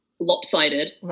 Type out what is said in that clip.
lopsided